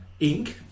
Inc